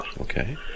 Okay